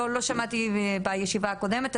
או שאני לא שמעתי אתכם בישיבה הקודמת,